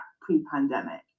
pre-pandemic